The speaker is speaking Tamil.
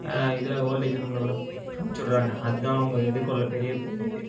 இதில் ஓல்டேஜ் ரூமில் அமிச்சு விடுறாங்க அதுதான் அவங்க எதிர்கொள்கிற பெரிய இதுவே